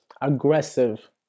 aggressive